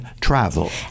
travel